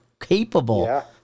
capable